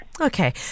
Okay